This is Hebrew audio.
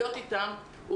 להיות איתם.